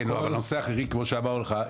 כן אבל הנושאים האחרים כמו שאמרנו לך,